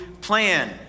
plan